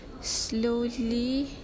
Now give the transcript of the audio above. slowly